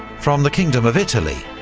from the kingdom of italy,